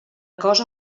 cosa